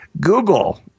Google